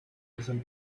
listen